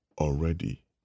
Already